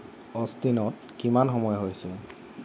অষ্টিনত কিমান সময় হৈছে